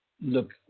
look